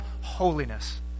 holiness